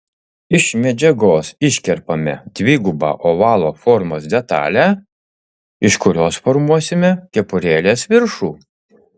iš medžiagos iškerpame dvigubą ovalo formos detalę iš kurios formuosime kepurėlės viršų